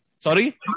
Sorry